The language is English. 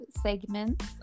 segments